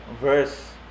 verse